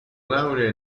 laurea